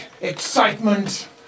excitement